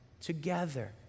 together